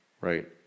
Right